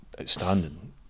outstanding